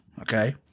okay